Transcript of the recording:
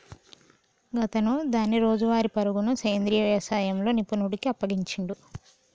గాతను దాని రోజువారీ పరుగును సెంద్రీయ యవసాయంలో నిపుణుడికి అప్పగించిండు